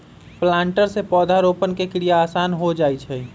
planter से पौधरोपण के क्रिया आसान हो जा हई